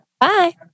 Bye